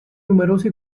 numerose